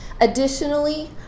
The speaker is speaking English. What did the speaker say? Additionally